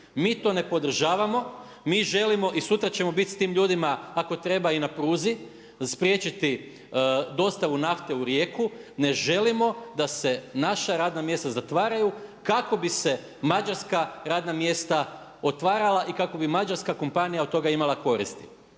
Mi to ne podržavamo. Mi želimo i sutra ćemo bit s tim ljudima ako treba i na pruzi, spriječiti dostavu nafte u Rijeku. Ne želimo da se naša radna mjesta zatvaraju kako bi se mađarska radna mjesta otvarala i kako bi mađarska kompanija od toga imala koristi.